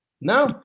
No